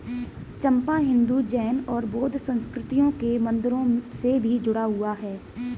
चंपा हिंदू, जैन और बौद्ध संस्कृतियों के मंदिरों से भी जुड़ा हुआ है